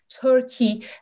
Turkey